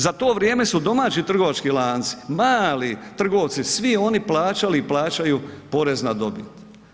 Za to vrijeme su domaći trgovački lanci, mali trgovci, svi oni plaćali i plaćaju porez na dobit.